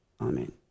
Amen